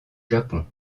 japon